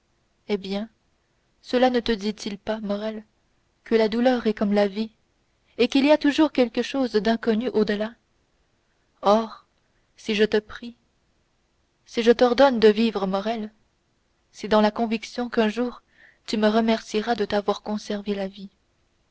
eh bien cela ne te dit-il pas morrel que la douleur est comme la vie et qu'il y a toujours quelque chose d'inconnu au-delà or si je te prie si je t'ordonne de vivre morrel c'est dans la conviction qu'un jour tu me remercieras de t'avoir conservé la vie